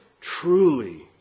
truly